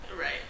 right